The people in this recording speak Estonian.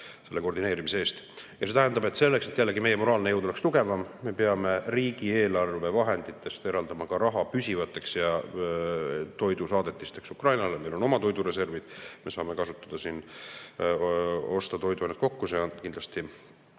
selle koordineerimise eest. Ja see tähendab, et selleks, et meie moraalne jõud oleks tugevam, me peame riigieelarve vahenditest eraldama raha püsivateks toidusaadetisteks Ukrainale. Meil on oma toidureservid ja me saame ka osta toiduaineid kokku. See kindlasti